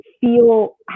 feel